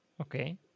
okay